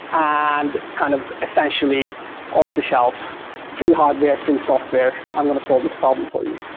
and kind of essentially off-the shelf free hardware, free software. i'm going to solve this problem for you.